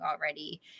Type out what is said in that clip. already